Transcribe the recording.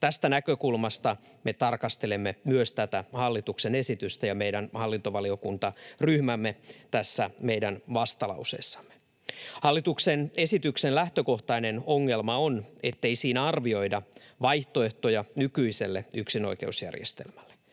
Tästä näkökulmasta me tarkastelemme myös tätä hallituksen esitystä, ja meidän hallintovaliokuntaryhmämme tässä meidän vastalauseessamme. Hallituksen esityksen lähtökohtainen ongelma on, ettei siinä arvioida vaihtoehtoja nykyiselle yksinoikeusjärjestelmälle.